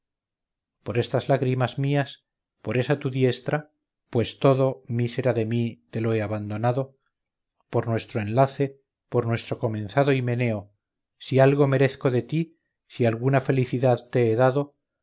por estas lágrimas mías por esa tu diestra pues todo mísera de mí te lo he abandonado por nuestro enlace por nuestro comenzado himeneo si algo merezco de ti si alguna felicidad te he dado